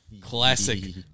Classic